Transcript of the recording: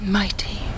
mighty